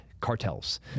cartels